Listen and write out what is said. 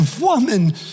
woman